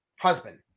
husband